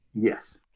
Yes